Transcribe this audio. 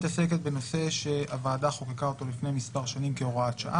ונורא נעלבתי מזה שלא ראיתי שזה מגיע וזה לא עבר דרך ועדת משנה לחקיקה.